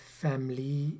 family